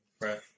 right